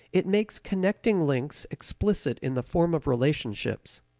it makes connecting links explicit in the form of relationships.